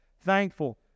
thankful